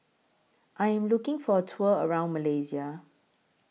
I Am looking For A Tour around Malaysia